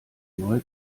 neue